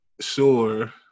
sure